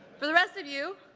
for the rest of you,